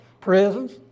prisons